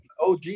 OG